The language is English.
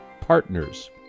partners